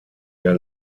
der